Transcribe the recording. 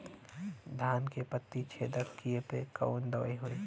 धान के पत्ती छेदक कियेपे कवन दवाई होई?